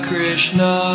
Krishna